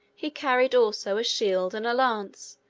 he carried, also, a shield and a lance,